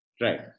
Right